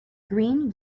green